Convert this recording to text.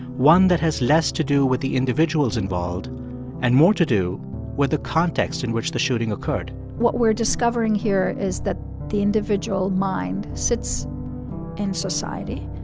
one that has less to do with the individuals involved and more to do with the context in which the shooting occurred? what we're discovering here is that the individual mind sits in society.